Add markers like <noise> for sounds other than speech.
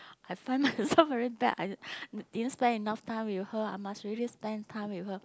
I find <laughs> myself very bad I didn't didn't spend enough time with her I must really spend time with her